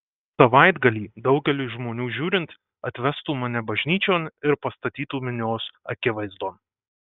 savaitgalį daugeliui žmonių žiūrint atvestų mane bažnyčion ir pastatytų minios akivaizdon